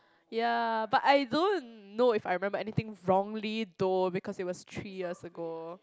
ya but I don't know if I remembered anything wrongly though because it was three years ago